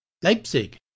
Leipzig